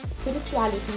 spirituality